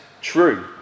true